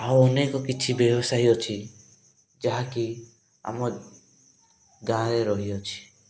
ଆଉ ଅନେକ କିଛି ବ୍ୟବସାୟ ଅଛି ଯାହାକି ଆମ ଗାଁରେ ରହିଅଛି